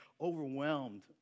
overwhelmed